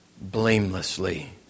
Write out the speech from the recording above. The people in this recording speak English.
blamelessly